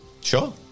Sure